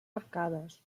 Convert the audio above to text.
arcades